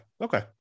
Okay